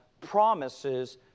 promises